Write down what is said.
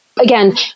again